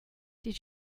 did